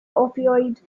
opioid